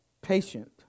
patient